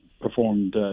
performed